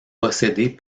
possédée